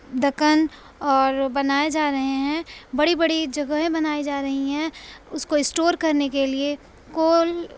دکن اور بنائے جا رہے ہیں بڑی بڑی جگہیں بنائی جا رہی ہیں اس کو اسٹور کرنے کے لیے کول